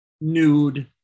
nude